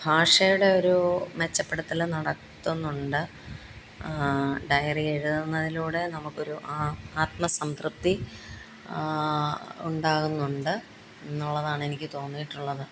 ഭാഷയുടെ ഒരൂ മെച്ചപ്പെടുത്തലും നടത്തുന്നുണ്ട് ഡയറി എഴുതുന്നതിലൂടെ നമുക്കൊരു ആ ആത്മസംതൃപ്തി ഉണ്ടാകുന്നുണ്ട് എന്നുള്ളതാണെനിക്ക് തോന്നിയിട്ടുള്ളത്